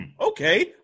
okay